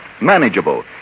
manageable